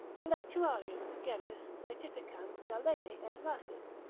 electuarium de gemmis. laetificans galeni et rhasis.